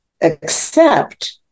accept